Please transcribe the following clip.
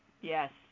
Yes